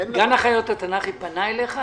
--- גן החיות התנ"כי פנה אליך?